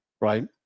right